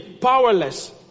powerless